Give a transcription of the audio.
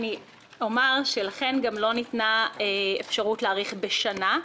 אני אומר שלכן גם לא ניתנה אפשרות להאריך בשנה,